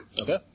Okay